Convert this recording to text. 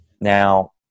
Now